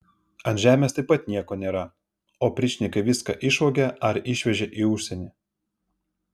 ant žemės taip pat nieko nėra opričnikai viską išvogė ar išvežė į užsienį